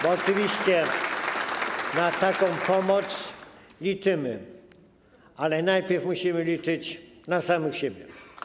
Bo oczywiście na taką pomoc liczymy, ale najpierw musimy liczyć na samych siebie.